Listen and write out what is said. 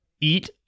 eat